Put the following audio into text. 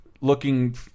looking